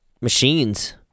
machines